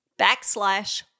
backslash